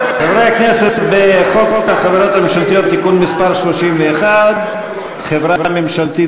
הצעת חוק החברות הממשלתיות (תיקון מס' 31) (חברה ממשלתית